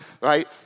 right